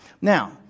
Now